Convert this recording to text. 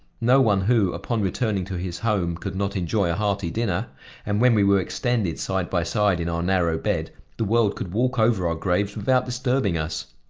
no one who, upon returning to his home, could not enjoy a hearty dinner and when we were extended side by side in our narrow bed, the world could walk over our graves without disturbing us.